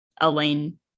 Elaine